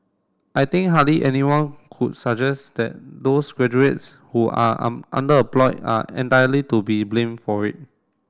I think hardly anyone could suggest that those graduates who are are entirely to be blame for it